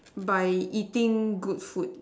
by eating good food